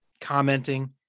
commenting